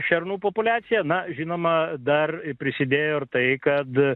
šernų populiaciją na žinoma dar prisidėjo ir tai kad